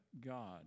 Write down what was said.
God